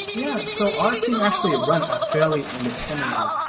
yeah. so our team actually ah run ah fairly independently.